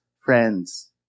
friends